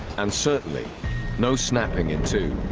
and certainly no snapping into